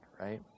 right